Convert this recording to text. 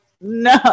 no